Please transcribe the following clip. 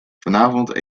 vanavond